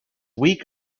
week